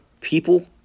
People